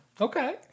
okay